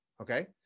Okay